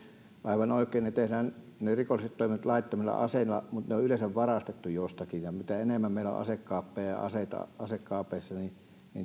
aivan oikein ne rikolliset toimet tehdään laittomilla aseilla mutta ne on yleensä varastettu jostakin ja mitä enemmän meillä on asekaappeja ja aseita asekaapeissa niin